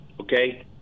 Okay